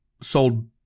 sold